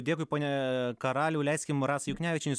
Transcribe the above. dėkui pone karaliau leiskim rasai juknevičienei